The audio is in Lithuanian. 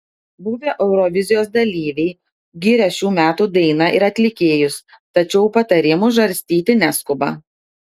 buvę eurovizijos dalyviai giria šių metų dainą ir atlikėjus tačiau patarimų žarstyti neskuba